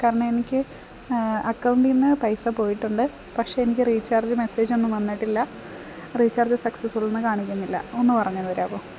കാരണം എനിക്ക് അക്കൗണ്ടിൽ നിന്ന് പൈസ പോയിട്ടുണ്ട് പക്ഷെ എനിക്ക് റീചാർജ് മെസ്സേജൊന്നും വന്നിട്ടില്ല റീചാർജ് സക്സസ്ഫുള്ളെന്നു കാണിക്കുന്നില്ല ഒന്നു പറഞ്ഞു തരാമോ